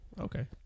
okay